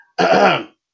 Okay